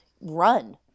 run